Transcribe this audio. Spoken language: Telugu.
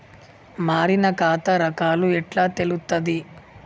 మారిన ఖాతా రకాలు ఎట్లా తెలుత్తది?